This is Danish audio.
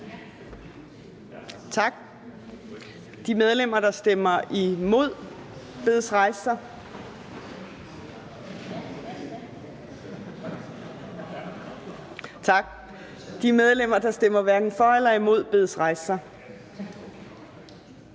Tak. De medlemmer, der stemmer imod, bedes rejse sig. Tak. De medlemmer, der stemmer hverken for eller imod, bedes rejse